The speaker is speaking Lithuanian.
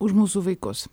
už mūsų vaikus